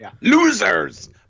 Losers